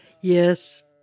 Yes